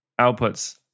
outputs